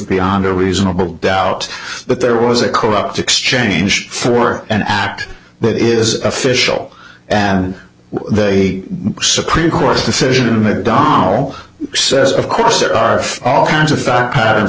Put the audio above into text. beyond a reasonable doubt that there was a corrupt exchange for an act that is official and they supreme court's decision adonal says of course there are all kinds of fact patterns